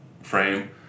frame